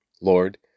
Lord